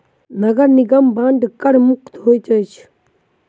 नगर निगम बांड कर मुक्त होइत अछि